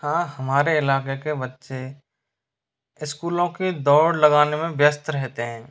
हाँ हमारे इलाक़े के बच्चे इस्कूलों के दौड़ लगाने में व्यस्थ रहते हैं